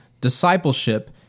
discipleship